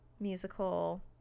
musical